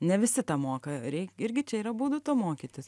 ne visi tą moka reik irgi čia yra būdų to mokytis